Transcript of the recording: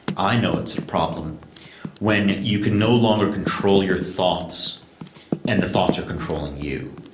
i know it's a problem when you can no longer control your thoughts and the thoughts are controlling you.